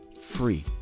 free